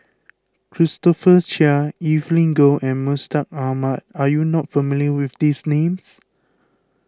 Christopher Chia Evelyn Goh and Mustaq Ahmad are you not familiar with these names